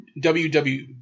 WW